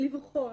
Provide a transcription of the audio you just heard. לבחון